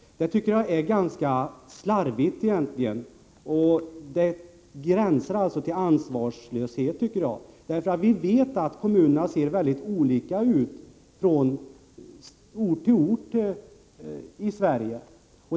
Det tycker jag är ganska slarvigt. Ett sådant synsätt gränsar till ansvarslöshet enligt min uppfattning. Vi vet ju att kommunerna är väldigt olika — förhållandena är olika från ort till ort i Sverige.